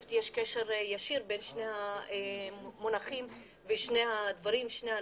שיש קשר ישיר בין המונחים ושני הנושאים,